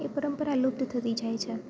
એ પરંપરા લુપ્ત થતી જાય છે